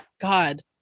god